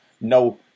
No